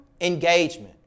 engagement